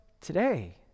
today